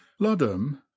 Ludham